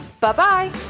Bye-bye